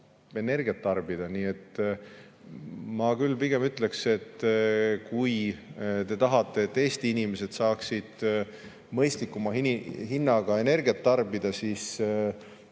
energiat tarbida. Ma pigem ütleks, et kui te tahate, et Eesti inimesed saaksid mõistlikuma hinnaga energiat tarbida, siis